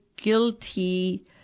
Guilty